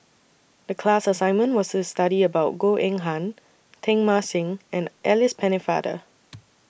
The class assignment was IS study about Goh Eng Han Teng Mah Seng and Alice Pennefather